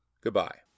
Goodbye